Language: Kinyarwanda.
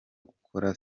gukora